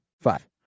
Five